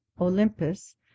Olympus